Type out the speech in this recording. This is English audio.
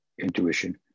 intuition